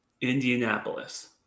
indianapolis